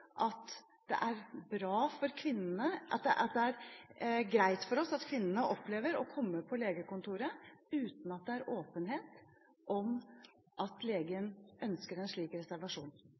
at det er greit for oss at kvinnene opplever å komme på legekontoret uten at det er åpenhet om at legen ønsker en slik reservasjon?